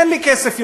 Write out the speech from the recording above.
אין לי כסף יותר.